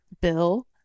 Bill